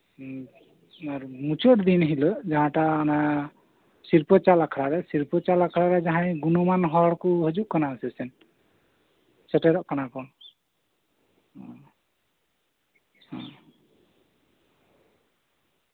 ᱦᱩᱸ ᱟᱨ ᱢᱩᱪᱟᱹᱫ ᱫᱤᱱ ᱦᱤᱞᱳᱜ ᱡᱟᱦᱟᱸᱴᱟᱜ ᱚᱱᱟ ᱥᱤᱨᱯᱟᱹ ᱪᱟᱞ ᱟᱠᱷᱲᱟ ᱨᱮ ᱥᱤᱨᱯᱟᱹ ᱪᱟᱞ ᱟᱠᱷᱲᱟ ᱨᱮ ᱡᱟᱦᱟᱸᱭᱴᱟᱜ ᱜᱩᱱᱚᱢᱟᱱ ᱦᱚᱲ ᱠᱚ ᱦᱤᱡᱩᱜ ᱠᱟᱱᱟ ᱥᱮ ᱪᱮᱫ ᱥᱮᱴᱮᱨᱚᱜ ᱠᱟᱱᱟ ᱠᱚ ᱚ ᱦᱩᱸ